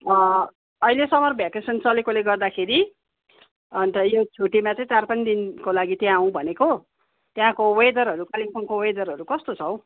अहिले summer vacation चलेकोले गर्दाखेरि अन्त यो छुट्टीमा चाहिँ चार पाँच दिनको लागि चाहिँ आउँ भनेको त्यहाँको वेदरहरू कालिम्पोङको वेदरहरू कस्तो छ हौ